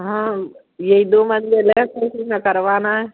हाँ ये ही दो मंजिल हैं शुरू शुरू में करवाना हैं